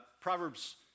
Proverbs